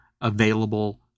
available